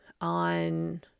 on